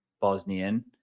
Bosnian